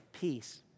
peace